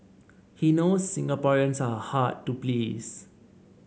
he knows Singaporeans are hard to please